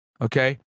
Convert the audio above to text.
Okay